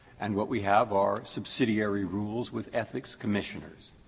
and what we have are subsidiary rules with ethics commissioners.